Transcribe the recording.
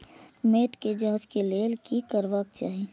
मैट के जांच के लेल कि करबाक चाही?